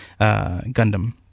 Gundam